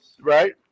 Right